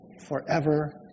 forever